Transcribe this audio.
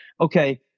okay